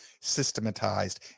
systematized